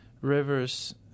rivers